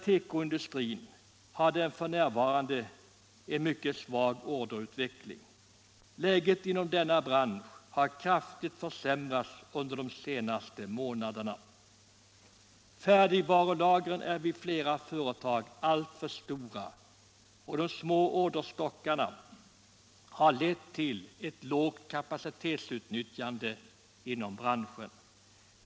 Tekoindustrin har f. n. en mycket svag orderutveckling. Läget inom denna bransch har kraftigt försämrats under de senaste månaderna. Färdigvarulagren är vid flera företag alltför stora, och de små orderstockarna har lett till ett lågt kapacitetsutnyttjande inom branschen.